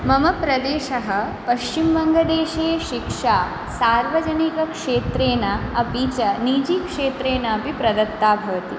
मम प्रदेशः पश्चिमवङ्गदेशे शिक्षा सार्वजनिकक्षेत्रेण अपि च निजिक्षेत्रेणापि प्रदत्ता भवति